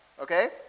okay